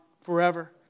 forever